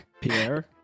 Pierre